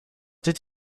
did